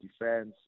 defense